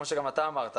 כמו גם אתה אמרת,